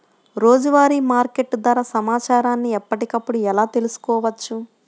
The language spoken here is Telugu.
రోజువారీ మార్కెట్ ధర సమాచారాన్ని ఎప్పటికప్పుడు ఎలా తెలుసుకోవచ్చు?